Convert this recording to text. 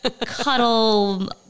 cuddle